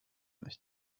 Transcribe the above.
nicht